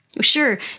Sure